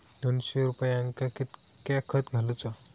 दोनशे सुपार्यांका कितक्या खत घालूचा?